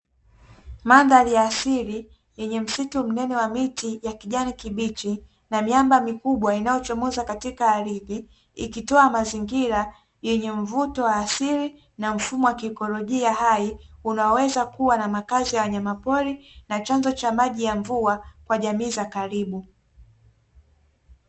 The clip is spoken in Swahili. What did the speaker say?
Mandhari ya asili yenye msitu mnene wenye miti ya kijani kibichi na miamba mikubwa inayochomoza katika ardhi, ikitoa mazingira yenye mvuto wa asili na mfumo wa kiikolojia hai, unaoweza kuwa makazi ya wanyamapori na chanzo cha mvua kwa jamii za karibu.